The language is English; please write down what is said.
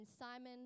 Simon